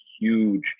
huge